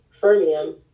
fermium